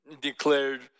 declared